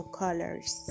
colors